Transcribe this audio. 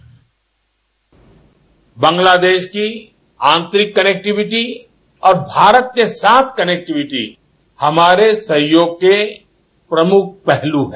bite Bangladesh की आतंरिक connectivity और भारत के साथ कनेक्टिविटी हमारे सहयोग के प्रमुख पहलू है